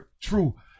True